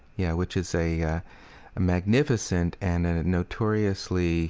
yeah, which is a yeah a magnificent and and a notoriously